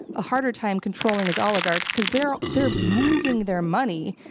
a harder time controlling his oligarchs, because they're they're moving their money.